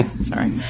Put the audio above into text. Sorry